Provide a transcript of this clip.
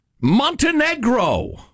Montenegro